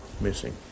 missing